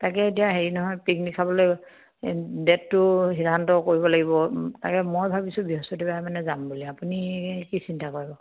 তাকে এতিয়া হেৰি নহয় পিকনিক খাবলে ডেটটো সিদ্ধান্ত কৰিব লাগিব তাকে মই ভাবিছোঁ বৃহস্পতিবাৰ মানে যাম বুলি আপুনি কি চিন্তা কৰে বাৰু